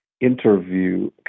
interview